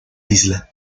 isla